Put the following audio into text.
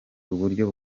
uburyo